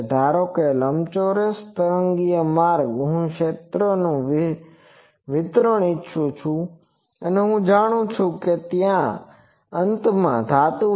ધારો કે લંબચોરસ તરંગી માર્ગમાં હું ક્ષેત્રનું વિતરણ ઇચ્છું છું અને હું જાણું છું કે ત્યાં અંતમાં ધાતુ છે